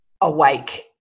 awake